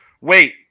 Wait